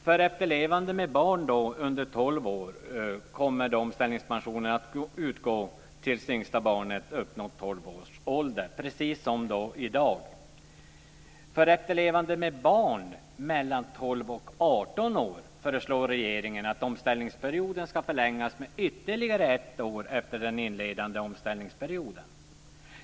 För efterlevande med barn under tolv år kommer omställningspensionen att utgå till dess yngsta barnet uppnått tolv år ålder - precis som i dag. För efterlevande med barn mellan 12 och 18 år föreslår regeringen att omställningsperioden ska förlängas med ytterligare ett år efter den inledande omställningsperioden.